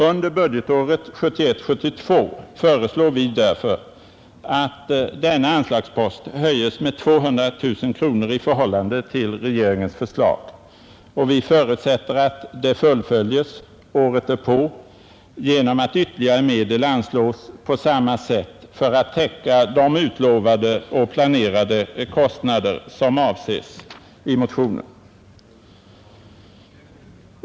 För budgetåret 1971/72 föreslår vi därför att denna anslagspost höjes med 200 000 kronor i förhållande till regeringens förslag, och vi förutsätter att detta fullföljes året därpå genom att ytterligare medel anslås på samma sätt för att täcka de utlovade och planerade kostnader som avses i motionen.